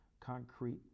concrete